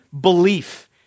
belief